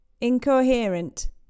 Incoherent